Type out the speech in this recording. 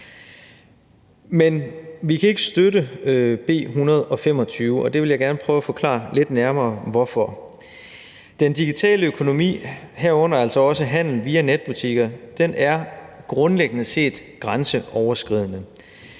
Men vi kan ikke støtte B 125, og jeg vil gerne prøve at forklare lidt nærmere hvorfor. Den digitale økonomi, herunder altså også handel via netbutikker, er grundlæggende set grænseoverskridende.